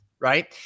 right